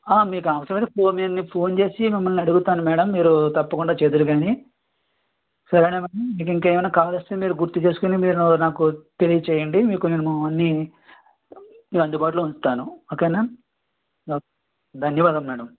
మీకు అవసరం అయితే ఫోన్ చెయ్యండి ఫోన్ చేసి మిమ్మల్ని అడుగుతాను మేడం మీరు తప్పకుండా చేద్దురు గానీ సరే నా మేడం మీకు ఇంకా ఏమైనా కావాల్సి వస్తే మీరు గుర్తు చేసుకుని మీరు నాకు తెలియచెయ్యండి మీకు నేను అన్నీ అందుబాటులో ఉంచుతాను ఓకేనా ఓకే ధన్యవాదాలు మేడం